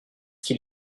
qu’il